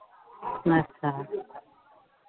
अच्छा